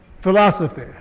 philosophy